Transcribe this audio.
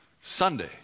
Sunday